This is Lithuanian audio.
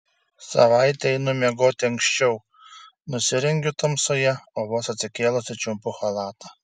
savaitę einu miegoti anksčiau nusirengiu tamsoje o vos atsikėlusi čiumpu chalatą